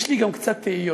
יש לי גם קצת תהיות.